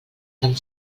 tan